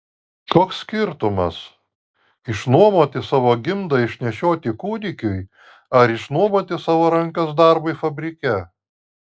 koks skirtumas išnuomoti savo gimdą išnešioti kūdikiui ar išnuomoti savo rankas darbui fabrike